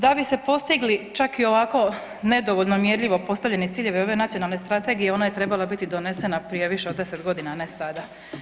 Da bi se postigli čak i ovako nedovoljno mjerljivo postavljeni ciljevi ove nacionalne strategije ona je trebala biti donesena prije više od 10 godina a ne sada.